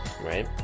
right